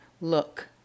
Look